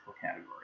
category